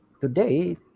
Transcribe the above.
today